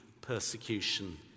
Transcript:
persecution